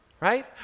right